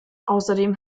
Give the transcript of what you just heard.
außerdem